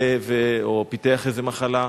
או פיתח איזו מחלה.